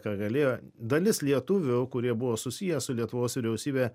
ką galėjo dalis lietuvių kurie buvo susiję su lietuvos vyriausybe